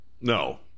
No